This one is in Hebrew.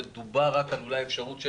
בוודאי שאם אנחנו נעצור את